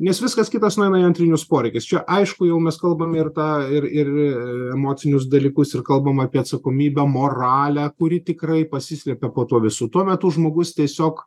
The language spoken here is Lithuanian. nes viskas kitas nueina į antrinius poreikius čia aišku jau mes kalbam ir tą ir ir emocinius dalykus ir kalbame apie atsakomybę moralę kuri tikrai pasislepia po tuo visu tuo metu žmogus tiesiog